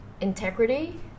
integrity